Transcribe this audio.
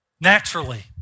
naturally